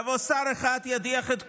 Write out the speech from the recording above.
יבוא שר אחד, ידיח את כולם,